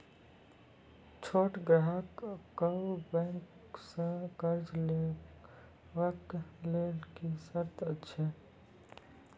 छोट ग्राहक कअ बैंक सऽ कर्ज लेवाक लेल की सर्त अछि?